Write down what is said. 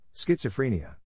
Schizophrenia